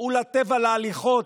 צאו לטבע להליכות,